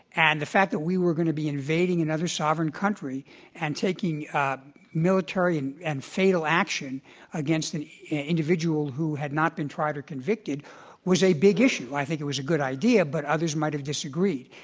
and the fact that we were going to be invading another sovereign country and taking military and and fatal action against an individual who had not been tried or convicted was a big issue. i think it was a good idea, but others might have disagreed.